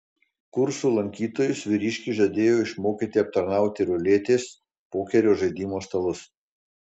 kursų lankytojus vyriškis žadėjo išmokyti aptarnauti ruletės pokerio žaidimo stalus